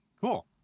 cool